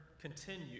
continue